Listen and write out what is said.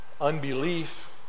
unbelief